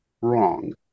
wrong